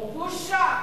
בושה.